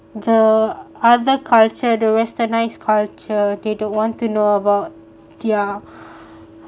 the other culture the westernised culture they don't want to know about their